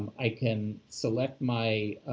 i can select my